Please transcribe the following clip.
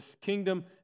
kingdom